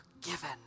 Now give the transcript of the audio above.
forgiven